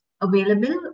available